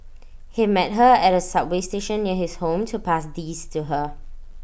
he met her at A subway station near his home to pass these to her